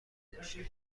داشته